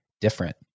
different